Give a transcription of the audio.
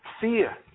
Fear